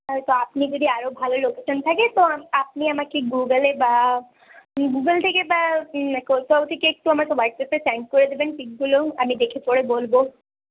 হ্যাঁ তো আপনি যদি আরো ভালো লোকেশন থাকে তো আপনি আমাকে গুগলে বা গুগল থেকে বা কোথাও থেকে একটু আমাকে হোয়াইটসঅ্যাপে সেন্ড করে দেবেন পিকগুলো আমি দেখে পড়ে বলবো